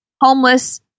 homeless